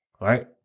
right